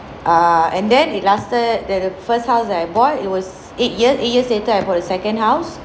err and then it lasted that the first house that I bought it was eight years eight years later I bought the second house